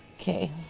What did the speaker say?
Okay